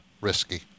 risky